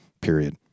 period